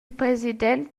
president